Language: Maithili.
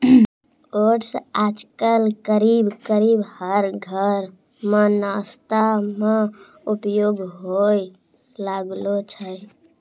ओट्स आजकल करीब करीब हर घर मॅ नाश्ता मॅ उपयोग होय लागलो छै